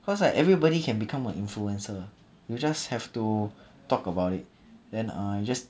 cause like everybody can become an influencer you just have to talk about it then uh just